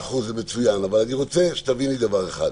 מאה אחוז, זה מצוין, אבל אני רוצה שתביני דבר אחד.